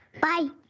Bye